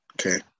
Okay